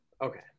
Okay